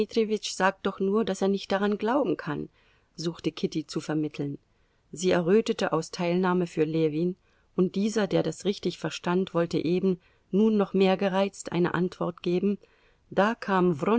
sagt doch nur daß er nicht daran glauben kann suchte kitty zu vermitteln sie errötete aus teilnahme für ljewin und dieser der das richtig verstand wollte eben nun noch mehr gereizt eine antwort geben da kam